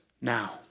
now